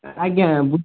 ଆଜ୍ଞା